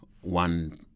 One